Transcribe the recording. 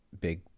big